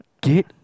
Get